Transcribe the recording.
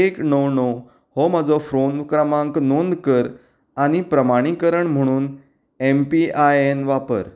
एक णव णव हो म्हजो फोन क्रमांक नोंद कर आनी प्रमाणीकरण म्हणून एम पी आय एन वापर